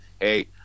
hey